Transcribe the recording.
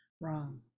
wrong